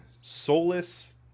soulless